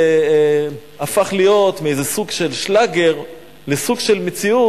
שהפך להיות מאיזה סוג של שלאגר לסוג של מציאות,